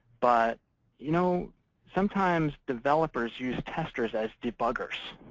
but you know sometimes developers use testers as debuggers.